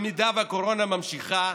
אם הקורונה נמשכת,